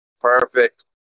Perfect